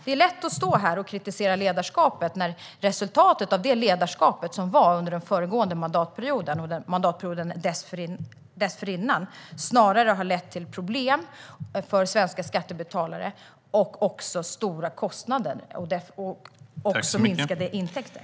Det är lätt att stå här och kritisera ledarskapet, men resultatet av det ledarskap som var under de två föregående mandatperioderna ledde snarare till problem för de svenska skattebetalarna samt till stora kostnader och minskade intäkter.